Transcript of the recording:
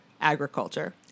agriculture